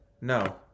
No